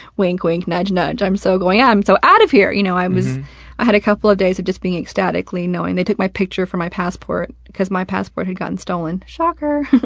wink, wink, nudge, nudge, i'm so going, i'm so out of here! you know, i was i had a couple of days of just being ecstatic. you know, and they took my picture for my passport because my passport had gotten stolen. shocker!